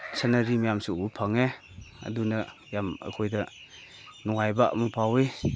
ꯁꯤꯅꯔꯤ ꯃꯌꯥꯝꯁꯨ ꯎꯕ ꯐꯪꯉꯦ ꯑꯗꯨꯅ ꯌꯥꯝ ꯑꯩꯈꯣꯏꯗ ꯅꯨꯡꯉꯥꯏꯕ ꯑꯃ ꯐꯥꯎꯏ